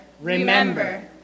Remember